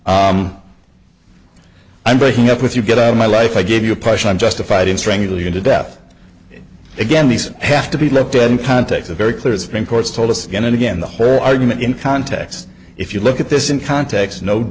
i'm breaking up with you get out of my life i gave you a question i'm justified in strangle you to death again these have to be left in context a very clear its main course told us again and again the whole argument in context if you look at this in context no